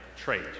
trait